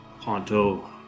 Ponto